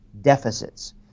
deficits